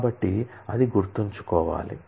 కాబట్టి అది గుర్తుంచుకోవాలి